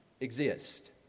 exist